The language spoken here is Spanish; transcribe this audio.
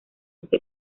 ese